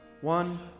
One